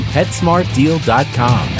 PetSmartDeal.com